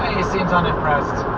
he seems unimpressed.